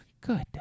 Good